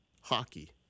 hockey